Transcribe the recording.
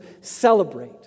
celebrate